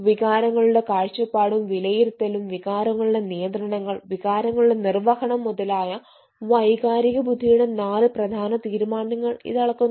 വികാരങ്ങളുടെ കാഴ്ചപാടും വിലയിരുത്തലും വികാരങ്ങളുടെ നിയന്ത്രണങ്ങൾ വികാരങ്ങളുടെ നിർവ്വഹണം മുതലായ വൈകാരിക ബുദ്ധിയുടെ നാല് പ്രധാന തീരുമാനങ്ങൾ ഇത് അളക്കുന്നു